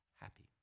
happy